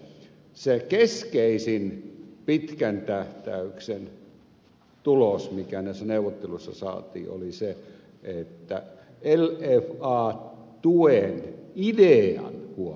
pitää ensinnäkin muistaa se että se keskeisin pitkän tähtäyksen tulos mikä näissä neuvotteluissa saatiin oli se että lfa tuen idean huom